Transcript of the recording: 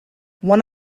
one